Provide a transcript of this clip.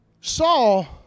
Saul